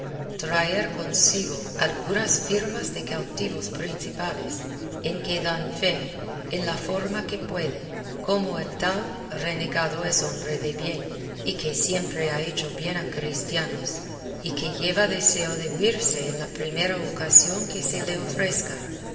traer consigo algunas firmas de cautivos principales en que dan fe en la forma que pueden como el tal renegado es hombre de bien y que siempre ha hecho bien a cristianos y que lleva deseo de huirse en la primera ocasión que se le ofrezca